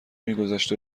میگذشت